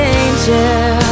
angel